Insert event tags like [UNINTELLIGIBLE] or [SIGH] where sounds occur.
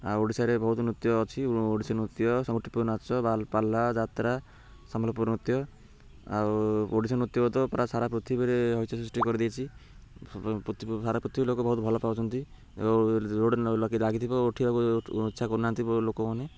ଆଉ ଓଡ଼ିଶାରେ ବହୁତ ନୃତ୍ୟ ଅଛି ଓଡ଼ିଶୀ ନୃତ୍ୟ [UNINTELLIGIBLE] ନାଚ ପାଲା ଯାତ୍ରା ସମ୍ବଲପୁର ନୃତ୍ୟ ଆଉ ଓଡ଼ିଶୀ ନୃତ୍ୟ ତ ପୁରା ସାରା ପୃଥିବୀରେ ହଇଚଇ ସୃଷ୍ଟି କରିଦେଇଛି ସାରା ପୃଥିବୀ ଲୋକ ବହୁତ ଭଲ ପାଉଛନ୍ତି [UNINTELLIGIBLE] ଲାଗିଥିବ ଉଠିବାକୁ ଇଚ୍ଛା କରୁନାହାନ୍ତି ଲୋକମାନେ